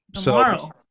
Tomorrow